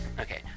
Okay